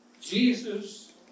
Jesus